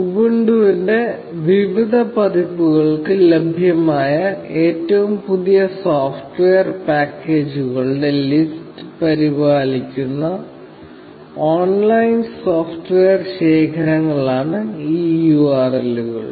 ഉബുണ്ടുവിന്റെ വിവിധ പതിപ്പുകൾക്ക് ലഭ്യമായ ഏറ്റവും പുതിയ സോഫ്റ്റ്വെയർ പാക്കേജുകളുടെ ലിസ്റ്റ് പരിപാലിക്കുന്ന ഓൺലൈൻ സോഫ്റ്റ്വെയർ ശേഖരങ്ങളാണ് ഈ URL കൾ